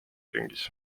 ringis